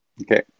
Okay